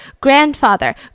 grandfather